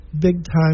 big-time